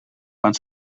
fan